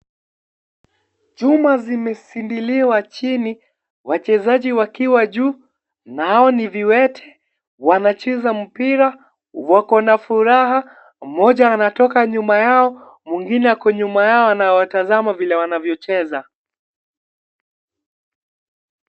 Chuma zimesindiliwa chini, wachezaji wakiwa juu, nao ni viwete wanacheza mpira , wakona furaha. Mmoja anatoka nyuma yao mwengine ako nyuma yao anawatazama vile wanavyo cheza.